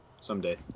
Someday